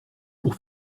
pour